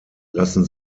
lassen